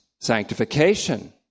sanctification